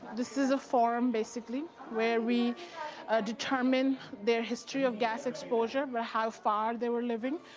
this is a form basically where we determine their history of gas exposure by how far they were living,